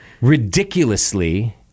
ridiculously